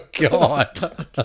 God